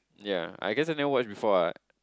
yea I guess never watch before what